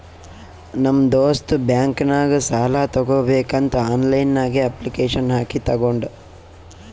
ನಮ್ ದೋಸ್ತ್ ಬ್ಯಾಂಕ್ ನಾಗ್ ಸಾಲ ತಗೋಬೇಕಂತ್ ಆನ್ಲೈನ್ ನಾಗೆ ಅಪ್ಲಿಕೇಶನ್ ಹಾಕಿ ತಗೊಂಡ್